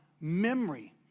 memory